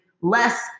less